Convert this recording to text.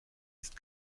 ist